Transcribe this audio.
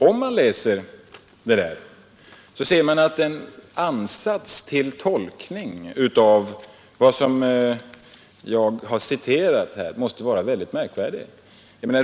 Om man läser Byggnadsarbetaren ser man att den ansats till tolkning av vad jag citerat här måste vara märkvärdig.